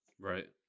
Right